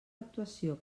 actuació